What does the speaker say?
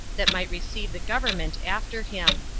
that might receive the government after him.